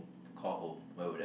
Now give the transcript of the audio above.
call home where would that